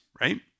right